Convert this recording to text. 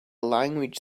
language